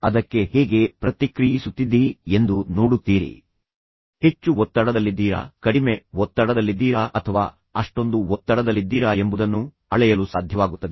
ಉದಾಹರಣೆಗೆ ನೀವು ಈ ರೀತಿಯ ಲಕ್ಷಣಗಳನ್ನು ಎಷ್ಟು ಬಾರಿ ಹೊಂದಿದ್ದೀರಿ ಮತ್ತು ನಂತರ ನೀವು ಹೆಚ್ಚು ಒತ್ತಡದಲ್ಲಿದ್ದೀರಾ ಕಡಿಮೆ ಒತ್ತಡದಲ್ಲಿದ್ದೀರಾ ಅಥವಾ ಅಷ್ಟೊಂದು ಒತ್ತಡದಲ್ಲಿದ್ದೀರಾ ಎಂಬುದನ್ನು ಅಳೆಯಲು ಸಾಧ್ಯವಾಗುತ್ತದೆ